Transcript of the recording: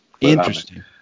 Interesting